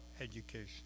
education